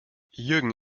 jürgen